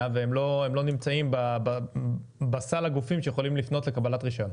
והם לא נמצאים בסל הגופים שיכולים לפנות לבקשה וקבלת רישיון.